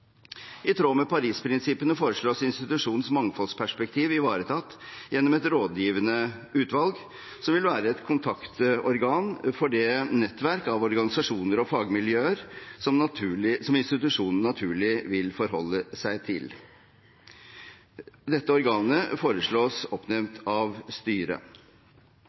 I tråd med Paris-prinsippene foreslås institusjonens mangfoldsperspektiv ivaretatt gjennom et rådgivende utvalg som vil være et kontaktorgan for det nettverk av organisasjoner og fagmiljøer som institusjonen naturlig vil forholde seg til. Dette organet foreslås oppnevnt av styret.